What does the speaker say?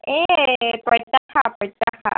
এই প্ৰত্যাশা প্ৰত্যাশা